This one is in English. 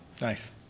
Nice